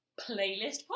Playlist